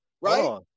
Right